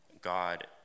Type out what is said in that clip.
God